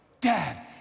Dad